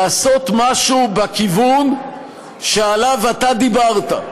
לעשות משהו בכיוון שעליו אתה דיברת.